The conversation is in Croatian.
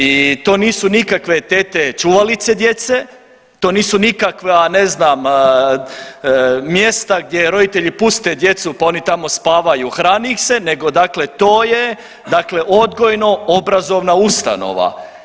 I to nisu nikakve tete čuvalice djece, to nisu nikakva, ne znam, mjesta gdje roditelji puste djecu pa oni tamo spavaju, hrani ih se, nego dakle to je dakle odgojno-obrazovna ustanova.